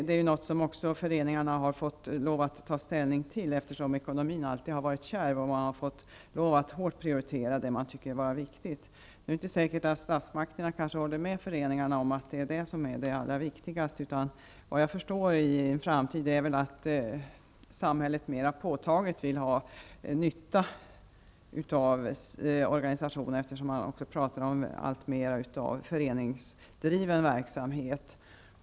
Det är också något som föreningarna har tvingats att ta ställning till, eftersom ekonomin har varit kärv. Man har hårt fått prioritera det som man tyckt vara viktigt. Nu är det inte säkert att statsmakterna håller med föreningarna om vad som är viktigast. Såvitt jag förstår kommer samhället i en framtid mera påtagligt att vilja ha nytta av organisationerna. Man talar alltmer om föreningsdriven verksamhet.